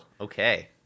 Okay